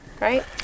right